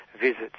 visits